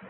κ L